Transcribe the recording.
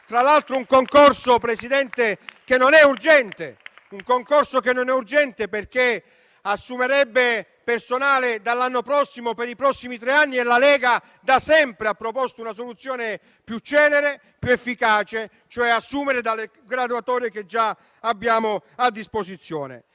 tratta di un concorso che non è urgente, perché assumerebbe personale dall'anno prossimo e per i prossimi tre anni, mentre la Lega da sempre ha proposto una soluzione più celere e più efficace, ossia assumere dalle graduatorie che già abbiamo a disposizione.